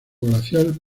glaciar